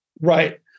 Right